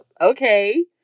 okay